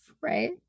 right